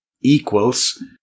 equals